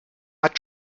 hat